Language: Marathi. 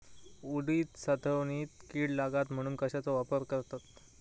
उडीद साठवणीत कीड लागात म्हणून कश्याचो वापर करतत?